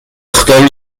وقتام